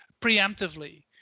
preemptively